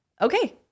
okay